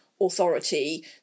authority